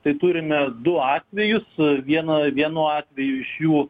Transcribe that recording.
tai turime du atvejus viena vienu atveju iš jų